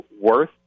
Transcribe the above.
worth